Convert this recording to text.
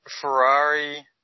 Ferrari